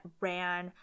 ran